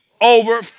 Over